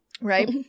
right